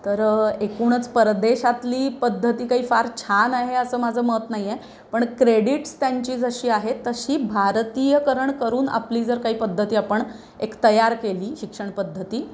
तर एकूणच परदेशातली पद्धती काही फार छान आहे असं माझं मत नाही आहे पण क्रेडिट्स त्यांची जशी आहे तशी भारतीयकरण करून आपली जर काही पद्धती आपण एक तयार केली शिक्षण पद्धती